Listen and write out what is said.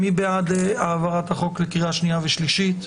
מי בעד העברת החוק לקריאה שנייה ושלישית?